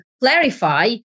clarify